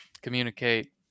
communicate